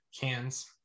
cans